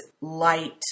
light